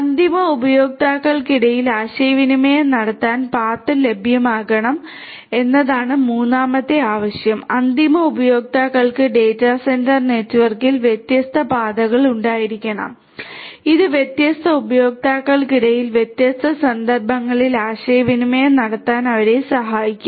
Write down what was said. അന്തിമ ഉപയോക്താക്കൾക്കിടയിൽ ആശയവിനിമയം നടത്താൻ പാത്ത് ലഭ്യമാകണം എന്നതാണ് മൂന്നാമത്തെ ആവശ്യം അന്തിമ ഉപയോക്താക്കൾക്ക് ഡാറ്റാ സെന്റർ നെറ്റ്വർക്കിൽ വ്യത്യസ്ത പാതകൾ ഉണ്ടായിരിക്കണം ഇത് വ്യത്യസ്ത ഉപയോക്താക്കൾക്കിടയിൽ വ്യത്യസ്ത സന്ദർഭങ്ങളിൽ ആശയവിനിമയം നടത്താൻ അവരെ സഹായിക്കും